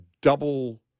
double